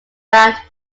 found